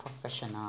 professional